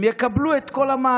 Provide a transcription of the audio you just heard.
הם יקבלו את כל המענים,